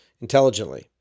intelligently